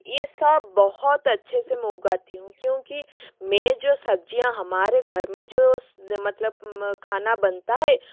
ये सब बहुत अच्छे से में उगाती हूँ क्योंकि मैं जो सब्जियाँ हमारे घर में जो मतलब खाना बनता है